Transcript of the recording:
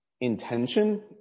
intention